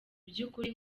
by’ukuri